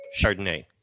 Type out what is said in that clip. Chardonnay